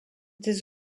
des